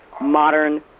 modern